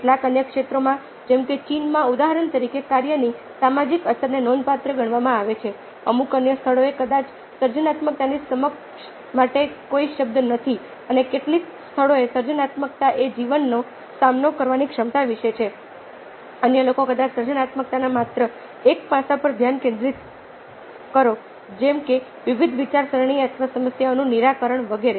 કેટલાક અન્ય ક્ષેત્રોમાં જેમ કે ચીનમાં ઉદાહરણ તરીકે કાર્યની સામાજિક અસરને નોંધપાત્ર ગણવામાં આવે છે અમુક અન્ય સ્થળોએ કદાચ સર્જનાત્મકતાની સમકક્ષ માટે કોઈ શબ્દ નથી અને કેટલાક સ્થળોએ સર્જનાત્મકતા એ જીવનનો સામનો કરવાની ક્ષમતા વિશે છે અન્ય લોકો કદાચ સર્જનાત્મકતાના માત્ર એક પાસાં પર ધ્યાન કેન્દ્રિત કરો જેમ કે વિવિધ વિચારસરણી અથવા સમસ્યાઓનું નિરાકરણ વગેરે